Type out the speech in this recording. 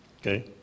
Okay